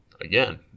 again